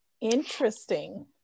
interesting